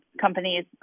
companies